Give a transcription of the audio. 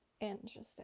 Interesting